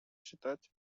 считать